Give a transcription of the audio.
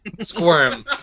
squirm